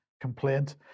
Complaint